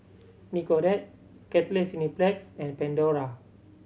Nicorette Cathay Cineplex and Pandora